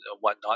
whatnot